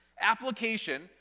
Application